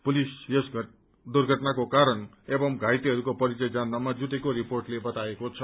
police यस दुर्घटनाको कारण एवं याइतेहरूको परिचय जान्नमा जुटेको रिपोर्टले बताएको छ